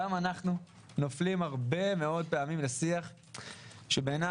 גם אנחנו נופלים הרבה פעמים לשיח שבעיניי,